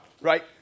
right